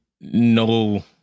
no